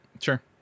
Sure